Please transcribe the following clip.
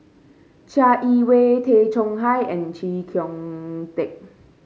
Chai Yee Wei Tay Chong Hai and Chee Kong Tet